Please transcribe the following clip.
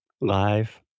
live